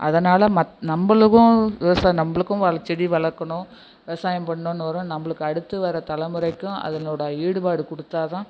அதனால் நம்மளுக்கும் விவசாயம் நம்மளுக்கும் செடி வளர்க்கணும் விவசாயம் பண்ணணுன்னு வரும் நம்மளுக்கு அடுத்து வர தலைமுறைக்கும் அதனோடய ஈடுபாடு கொடுத்தா தான்